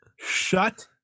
Shut